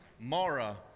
Mara